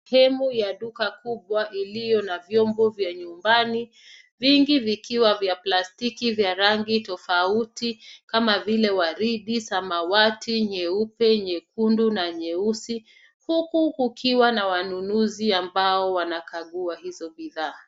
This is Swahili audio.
Sehemu ya duka kubwa iliyo na vyombo vya nyumbani, vingi vikiwa vya plastiki vya rangi tofauti kama vile waridi, samawati, nyeupe, nyekundu na nyeusi, huku kukiwa na wanunuzi ambao wanakagua hizo bidhaa.